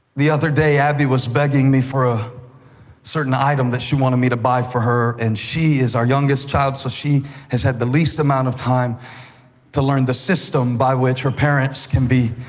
the other day, abbey was begging me for a certain item she wanted me to buy for her. and she is our youngest child, so she has had the least amount of time to learn the system by which her parents can be